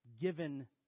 given